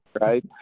right